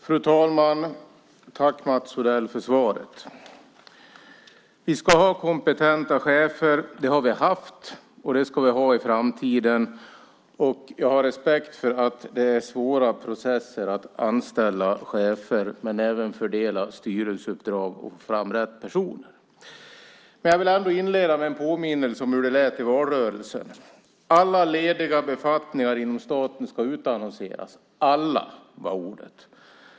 Fru talman! Jag tackar Mats Odell för svaret. Vi ska ha kompetenta chefer. Det har vi haft, och det ska vi ha i framtiden. Jag har respekt för att det är svåra processer att anställa chefer och även att fördela styrelseuppdrag och få fram rätt personer. Jag vill ändå inleda med en påminnelse om hur det lät i valrörelsen: Alla lediga befattningar inom staten ska utannonseras - alla var ordet.